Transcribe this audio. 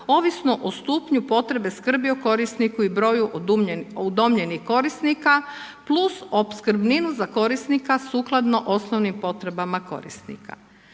ovisno o stupnju potrebe skrbi o korisniku i broju udomljenih korisnika plus opskrbninu za korisnika sukladno osnovnim potrebama korisnika.